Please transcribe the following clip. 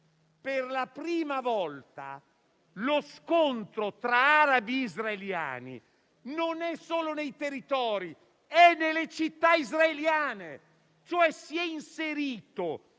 per la prima volta lo scontro tra arabi e israeliani non è solo nei territori, ma è nelle città israeliane, cioè si è inserito